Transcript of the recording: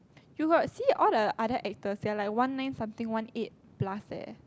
you got see all the other actors they are like one nine something one eight plus eh